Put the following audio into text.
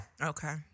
Okay